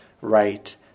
right